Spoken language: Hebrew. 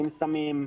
סמים,